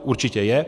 Určitě je.